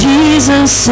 Jesus